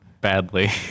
badly